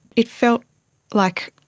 it felt like,